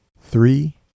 three